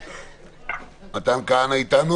שלום.